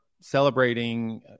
celebrating